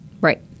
Right